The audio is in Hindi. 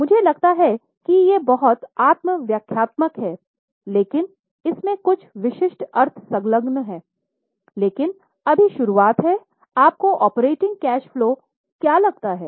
मुझे लगता है कि ये बहुत आत्म व्याख्यात्मक हैं लेकिन इस में कुछ विशिष्ट अर्थ संलग्न हैं लेकिन अभी शुरुआत में आपको ऑपरेटिंग कैश फलो क्या लगता है